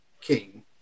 king